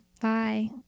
Bye